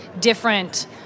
different